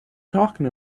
talking